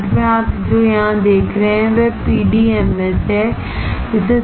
अंत में आप जो यहां देख रहे हैं वह पीडीएमएसहै